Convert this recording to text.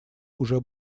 уже